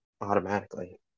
automatically